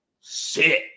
sit